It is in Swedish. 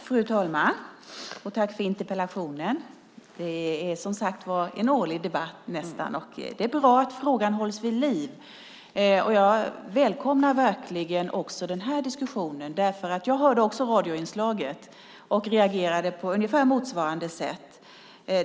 Fru talman! Tack för interpellationen! Det är, som sagt var, nästan en årlig debatt. Det är bra att frågan hålls vid liv. Jag välkomnar verkligen också den här diskussionen. Jag hörde också radioinslaget och reagerade på ungefär motsvarande sätt.